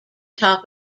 top